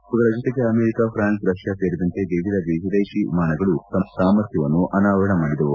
ಇವುಗಳ ಜೊತೆಗೆ America France Russia ಸೇರಿದಂತೆ ವಿವಿಧ ವಿದೇಶಿ ವಿಮಾನಗಳು ತಮ್ಮ ಸಾಮರ್ಥ್ಲವನ್ನು ಅನಾವರಣ ಮಾಡಿದವು